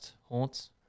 haunts